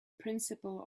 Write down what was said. principle